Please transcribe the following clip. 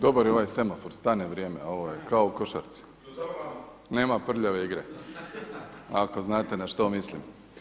Dobar je ovaj semafor, stane vrijeme ovo je kao u košarci, nema prljave igre, ako znate na što mislim.